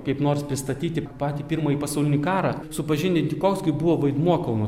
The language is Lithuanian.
kaip nors pristatyti patį pirmąjį pasaulinį karą supažindinti koks gi buvo vaidmuo kauno